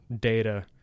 data